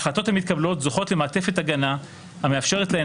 ההחלטות המתקבלות זוכות למעטפת הגנה המאפשרת להן